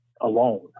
alone